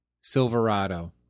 Silverado